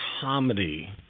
comedy